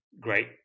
great